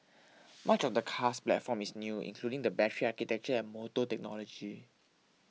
much of the car's platform is new including the battery architecture and motor technology